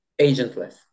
agentless